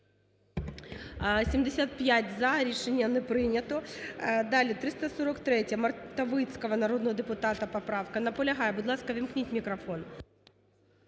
За-75 Рішення не прийнято. Далі. 343-а, Мартовицького народного депутата поправка. Наполягає. Будь ласка, увімкніть мікрофон.